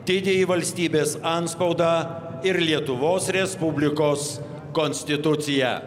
didįjį valstybės antspaudą ir lietuvos respublikos konstituciją